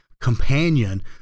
companion